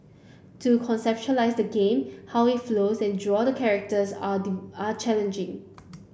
to conceptualize the game how it flows and draw the characters are are challenging